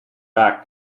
back